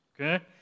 okay